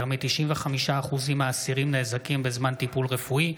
בצלאל בנושא: יותר מ-95% מהאסירים נאזקים בזמן טיפול רפואי.